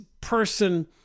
person